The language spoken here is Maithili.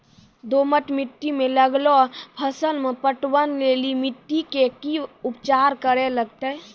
दोमट मिट्टी मे लागलो फसल मे पटवन लेली मिट्टी के की उपचार करे लगते?